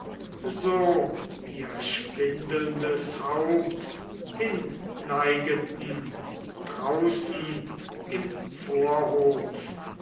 so ihr schwindelndes haupt hinneigeten draußen im vorhof